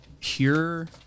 pure